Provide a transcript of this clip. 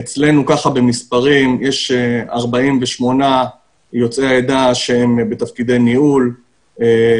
אצלנו יש 48 יוצאי העדה שהם בתפקידי ניהול,